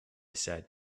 said